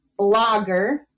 blogger